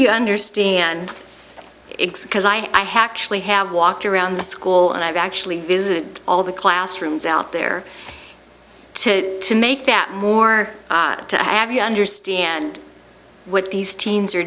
you understand exe because i actually have walked around the school and i've actually visited all the classrooms out there to to make that more to have you understand what these teens are